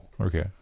Okay